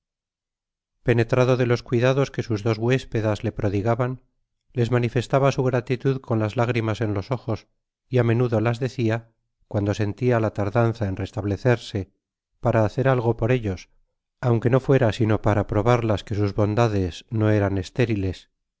penetrado de los cuidados que sus dos huéspedas le prodigaban ies manifestaba su gratitud con las lágrimas en los ojos y á menudo las decia cuanto sentia la tardanza en restablecerse para hacer algo por ellos aunque no fuera sino para probarlas que sus bondades no eran estériles